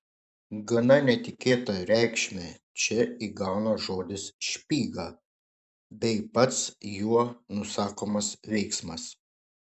gana netikėtą reikšmę čia įgauna žodis špyga bei pats juo nusakomas veiksmas